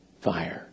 Fire